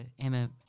emma